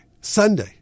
Sunday